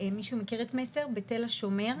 מישהו מכיר את מסר בתל השומר?